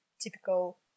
typical